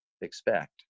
expect